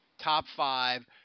top-five